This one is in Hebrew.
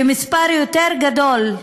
ומספר יותר גדול,